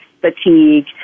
fatigue